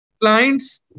clients